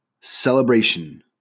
celebration